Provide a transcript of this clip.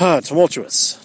tumultuous